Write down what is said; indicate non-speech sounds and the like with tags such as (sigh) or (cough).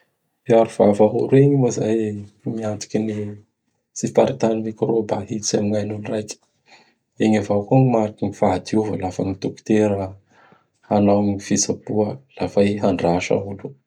(noise) I arovava oro igny moa izay (noise) miantoky ny tsy hiparitahan'ny microba hiditsy amin'gny ainolo raiky. (noise) Igny avao koa gn mariky gn fahadiova lafa ny Dokotera hanao ny fitsaboa, laha fa i handrasa olo.